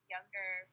younger